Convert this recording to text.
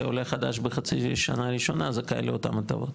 שעולה חדש בחצי שנה הראשונה זכאי לאותן ההטבות.